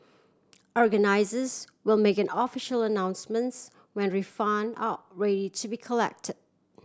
organisers will make an official announcements when refund are ready to be collect